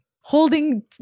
holding